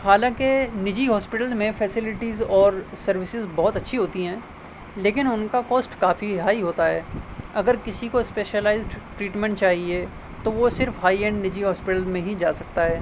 حالانکہ نجی ہاسپیٹل میں فیسلٹیز اور سروسز بہت اچّھی ہوتی ہیں لیکن ان کا کوسٹ کافی ہائی ہوتا ہے اگر کسی کو اسپیشلائزڈ ٹریٹمنٹ چاہیے تو وہ صرف ہائی اینڈ نجی ہاسپیٹل میں ہی جا سکتا ہے